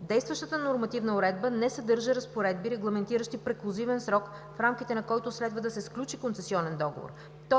Действащата нормативна уредба не съдържа разпоредби, регламентиращи преклузивен срок, в рамките на който следва да се сключи концесионният договор.